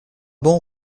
bancs